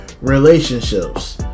Relationships